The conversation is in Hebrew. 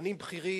משפטנים בכירים,